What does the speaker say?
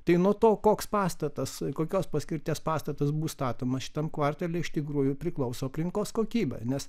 tai nuo to koks pastatas kokios paskirties pastatas bus statomas šitam kvartale iš tikrųjų priklauso aplinkos kokybė nes